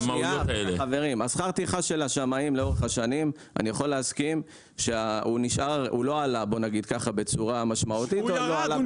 שכר הטרחה שלהם לא עלה בצורה משמעותית --- הוא ירד,